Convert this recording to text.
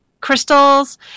crystals